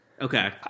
okay